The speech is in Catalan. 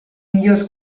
millors